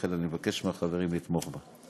לכן אני מבקש מהחברים לתמוך בה.